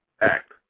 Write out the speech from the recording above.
Act